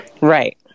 Right